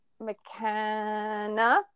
McKenna